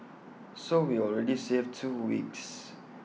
so we already save two weeks